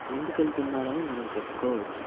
ముందుకు వెళ్తున్నారని మనం చెప్పుకోవచ్చు